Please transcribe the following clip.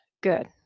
good